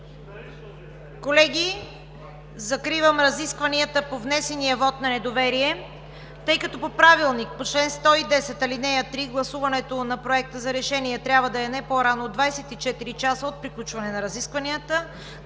Колеги, закривам разискванията по внесения вот на недоверие. Тъй като по правилник по чл. 110, ал. 3 гласуването на Проекта за решение трябва да е не по-рано от 24 часа от приключване на разискванията,